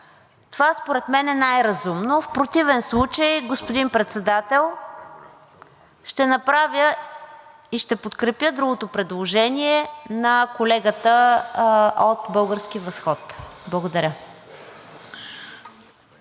Това според мен е най-разумно. В против случай, господин Председател, ще направя и ще подкрепя другото предложение на колегата от „Български възход“. Благодаря.